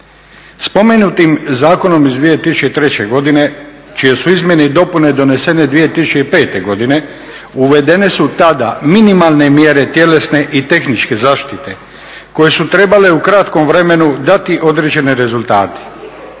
Spomenutim zakonom iz 2003. godine čije su izmjene i dopune donesene 2005. godine uvedene su tada minimalne mjere tjelesne i tehničke zaštite koje su trebale u kratkom vremenu dati određene rezultate.